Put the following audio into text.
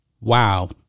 Wow